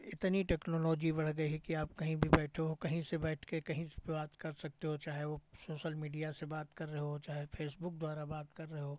इतनी टेक्नोलॉजी बढ़ गई है कि आप कहीं भी बैठे हो कहीं से बैठ के कहीं से भी बात कर सकते हो चाहे वो सोशल मीडिया से बात कर रहे हो चाहे फ़ेसबुक द्वारा बात कर रहे हो